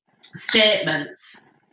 statements